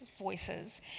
voices